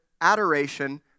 adoration